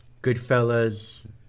Goodfellas